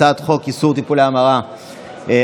הצעת חוק איסור טיפולי המרה לקטין,